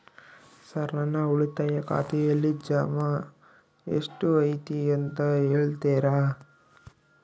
Sir ನನ್ನ ಉಳಿತಾಯ ಖಾತೆಯಲ್ಲಿ ಜಮಾ ಎಷ್ಟು ಐತಿ ಅಂತ ಹೇಳ್ತೇರಾ?